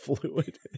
fluid